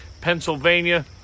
Pennsylvania